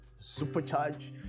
Supercharge